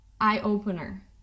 eye-opener